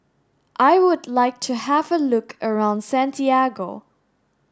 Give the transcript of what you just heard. I would like to have a look around Santiago